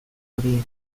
horiek